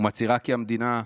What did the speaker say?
ומצהירה כי המדינה,